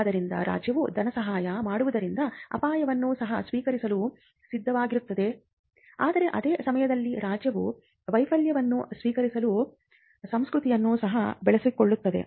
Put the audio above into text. ಆದ್ದರಿಂದ ರಾಜ್ಯವು ಧನಸಹಾಯ ಮಾಡುವುದರಿಂದ ಅಪಾಯವನ್ನು ಸಹ ಸ್ವೀಕರಿಸಲು ಸಿದ್ಧವಾಗಿರುತ್ತದೆ ಆದರೆ ಅದೇ ಸಮಯದಲ್ಲಿ ರಾಜ್ಯವು ವೈಫಲ್ಯವನ್ನು ಸ್ವೀಕರಿಸುವ ಸಂಸ್ಕೃತಿಯನ್ನು ಸಹ ಬೆಳೆಸುತ್ತವೆ